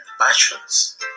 passions